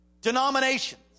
denominations